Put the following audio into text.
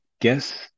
guess